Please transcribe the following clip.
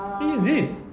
I think it's this